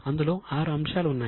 అందులో 6 అంశాలు ఉన్నాయి